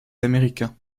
américains